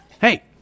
Hey